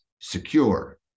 secure